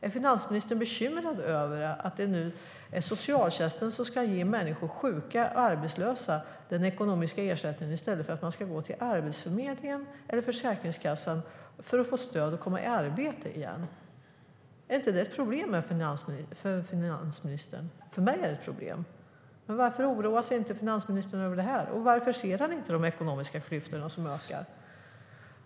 Är finansministern bekymrad över att det nu är socialtjänsten som ska ge människor - sjuka och arbetslösa - den ekonomiska ersättningen i stället för att de ska gå till Arbetsförmedlingen eller Försäkringskassan för att få stöd och komma i arbete igen? Är det inte ett problem för finansministern? För mig är det ett problem. Varför oroar sig finansministern inte över det här, och varför ser han inte de ekonomiska klyftorna som ökar?